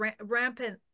rampant